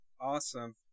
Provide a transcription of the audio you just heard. Awesome